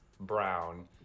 brown